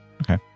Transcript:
Okay